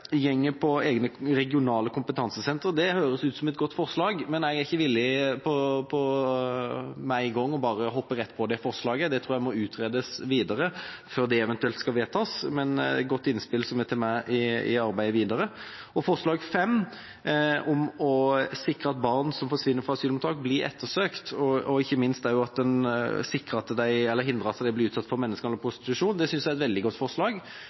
ofrene på en fin måte, og de prøver å se hvordan de har det, for eventuelt å kunne hjelpe dem videre. Forslag nr. 4 dreier seg om egne regionale kompetansesentre. Det høres ut som et godt forslag, men jeg er ikke villig med en gang å hoppe rett på det forslaget. Det tror jeg må utredes videre før det eventuelt skal vedtas, men det er et godt innspill som vi tar med i arbeidet videre. Forslag nr. 5, om å sikre at barn som forsvinner fra asylmottak, blir ettersøkt, og ikke minst at en også hindrer at de blir utsatt for menneskehandel og prostitusjon,